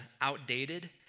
outdated